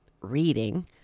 reading